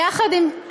יחד עם,